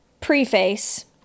preface